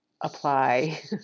apply